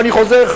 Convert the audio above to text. ואני חוזר,